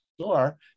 store